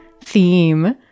theme